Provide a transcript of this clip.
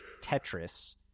Tetris